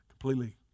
completely